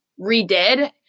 redid